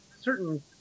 certain